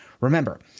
Remember